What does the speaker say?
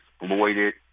exploited